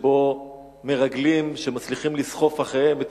שבה מרגלים מצליחים לסחוף אחריהם את